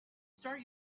start